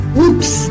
Oops